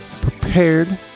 prepared